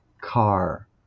Car